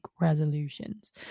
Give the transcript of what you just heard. resolutions